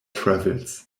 travels